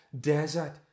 desert